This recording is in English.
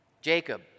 Jacob